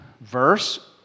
verse